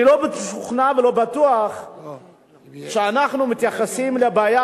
אני לא משוכנע ולא בטוח שאנחנו מתייחסים לבעיה